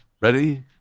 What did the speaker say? ready